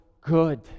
good